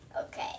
Okay